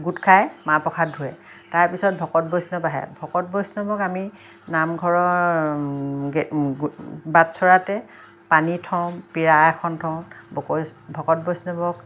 গোট খাই মাহ প্ৰসাদ ধোৱে তাৰপিছত ভকত বৈষ্ণৱ আহে ভকত বৈষ্ণৱক আমি নামঘৰৰ বাটচ'ৰাতে পানী থওঁ পীৰা এখন থওঁ ভকত ভকত বৈষ্ণৱক